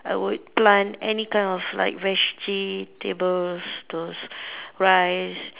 I would plant any kind of like vegetables those rice